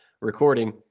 recording